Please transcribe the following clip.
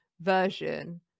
Version